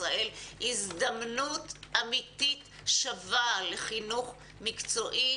ישראל הזדמנות אמיתית שווה לחינוך מקצועי,